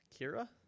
Kira